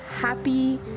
Happy